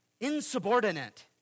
insubordinate